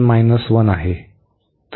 तर हेआहे